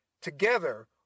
together